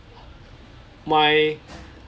my